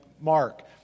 Mark